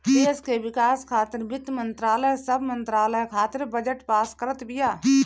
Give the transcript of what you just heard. देस के विकास खातिर वित्त मंत्रालय सब मंत्रालय खातिर बजट पास करत बिया